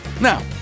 Now